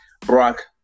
brock